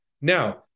Now